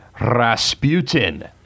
Rasputin